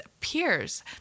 peers